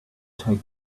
take